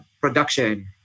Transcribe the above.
production